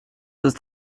ist